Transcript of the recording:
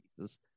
Jesus